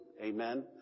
Amen